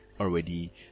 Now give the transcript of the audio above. already